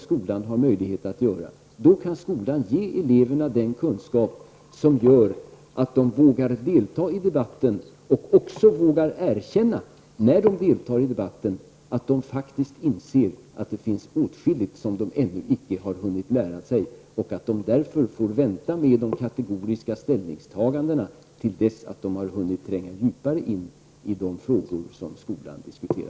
Skolan har möjlighet att göra det. På så sätt kan skolan ge eleverna den kunskap som medför att de vågar delta i debatten och, när de deltar i debatten, vågar erkänna att de faktiskt inser att det finns åtskilligt som de ännu icke har hunnit lära sig. De får därför vänta med kategoriska ställningstaganden tills de har hunnit tränga djupare in i de frågor som diskuteras i skolan.